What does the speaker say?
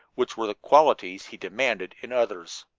which were the qualities he demanded in others.